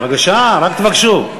בבקשה, רק תבקשו.